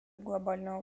глобального